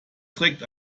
trägt